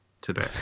today